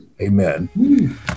Amen